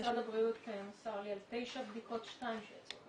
משרד הבריאות מסר לי על 9 בדיקות, 2 שיצאו